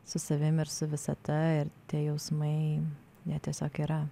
su savim ir su visata ir tie jausmai jie tiesiog yra